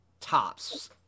Tops